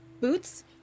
Boots